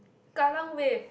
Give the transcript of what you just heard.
kallang-Wave